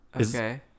Okay